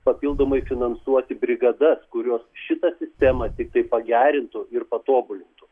papildomai finansuoti brigadas kurios šitą sistemą tiktai pagerintų ir patobulintų